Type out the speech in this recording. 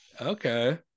okay